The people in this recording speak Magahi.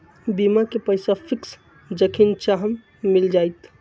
बीमा के पैसा फिक्स जखनि चाहम मिल जाएत?